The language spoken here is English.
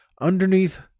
underneath